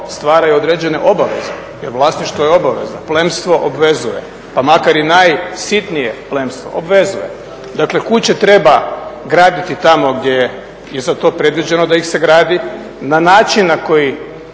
stvara i određene obaveze jer vlasništvo je obaveza. Plemstvo obvezuje pa makar i najsitnije plemstvo, obvezuje. Dakle, kuće treba graditi tamo gdje je za to predviđeno da ih se gradi na način na koji